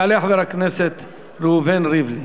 יעלה חבר הכנסת ראובן ריבלין.